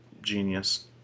genius